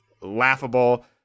laughable